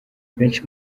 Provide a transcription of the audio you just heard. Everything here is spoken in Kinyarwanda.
benshi